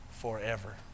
forever